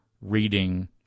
reading